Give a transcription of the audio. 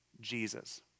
Jesus